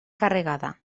carregada